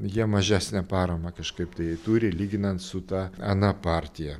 jie mažesnę paramą kažkaip tai turi lyginant su ta ana partija